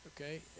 Okay